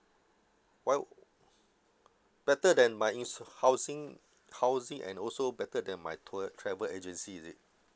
why better than my insu~ housing housing and also better than my tour travel agency is it